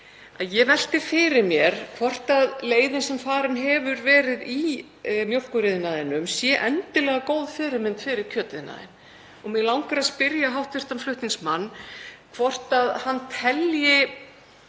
ég velti fyrir mér hvort leiðin sem farin hefur verið í mjólkuriðnaðinum sé endilega góð fyrirmynd fyrir kjötiðnaðinn. Mig langar að spyrja hv. flutningsmann hvort hann telji